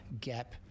gap